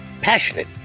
passionate